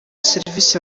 serivisi